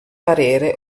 parere